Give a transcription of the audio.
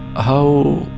how,